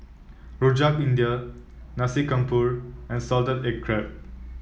Rojak India Nasi Campur and Salted Egg Crab